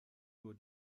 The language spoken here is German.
nur